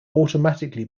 automatically